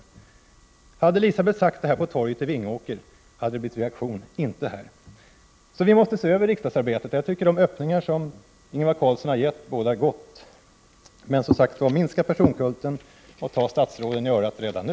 Om hon hade sagt detta på torget i Vingåker hade det blivit en reaktion, men här i riksdagen blev det inte det. Vi måste alltså se över riksdagsarbetet. Och jag tycker att de öppningar som Ingvar Carlsson har gett bådar gott. Men, som sagt, minska personkulten och ta statsråden i örat redan nu.